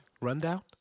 Rundown